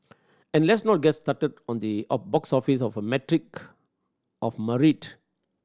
and let's not get started on the box office as a metric of merit